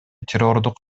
террордук